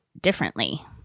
differently